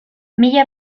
mila